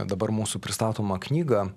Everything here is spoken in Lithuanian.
dabar mūsų pristatomą knygą